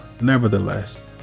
Nevertheless